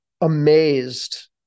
amazed